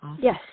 yes